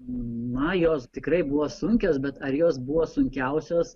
na jos tikrai buvo sunkios bet ar jos buvo sunkiausios